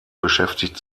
beschäftigt